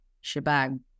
shebang